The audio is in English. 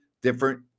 different